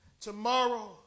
Tomorrow